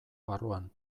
barruan